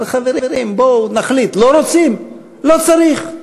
אבל, חברים, בואו נחליט, לא רוצים, לא צריך.